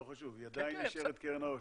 היא עדיין נשארת קרן העושר.